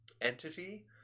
entity –